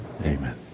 amen